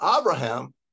Abraham